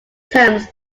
terms